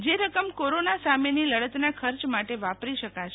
જે રકમ કોરોના સામેનીલડતના ખર્ચ માટે વાપરી શકાશે